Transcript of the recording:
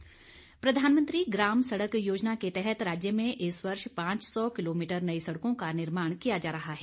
सहजल प्रधानमंत्री ग्राम सड़क योजना के तहत राज्य में इस वर्ष पांच सौ किलोमीटर नई सड़कों का निर्माण किया जा रहा है